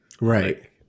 Right